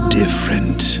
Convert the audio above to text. different